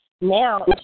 now